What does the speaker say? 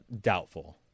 Doubtful